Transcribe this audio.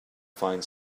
find